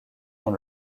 dans